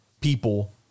People